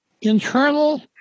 internal